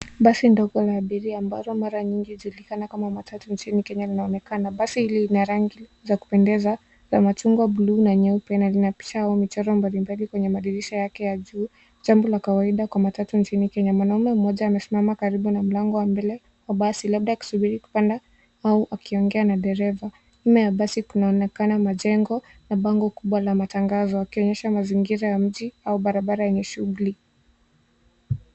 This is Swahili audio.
Basi ndogo la abiria ambalo mara nyingi hujulikana kama matatu nchini kenya linaonekana. Basi hili lina rangi za kupendeza za machungwa, bluu na nyeupe na lina picha au michoro mbalimbali kwenye madirisha yake ya juu jambo la kawaida kwa matatu nchini kenya. Mwanaume mmoja amesimama karibu na mlango wa mbele wa basi labda akisubiri kupanda au akiongea na dereva. Nyuma ya basi kunaonekana majengo na bango kubwa la matangazo yakionyesha mazingira ya mji au barabara yenye shughuli.